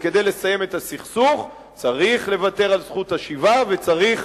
וכדי לסיים את הסכסוך צריך לוותר על דרישת השיבה וצריך